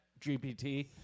GPT